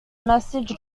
message